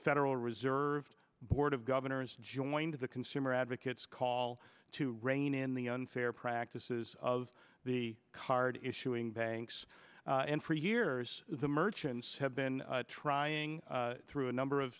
federal reserve board of governors joined the consumer advocates call to rein in the unfair practices of the card issuing banks and for years the merchants have been trying through a number of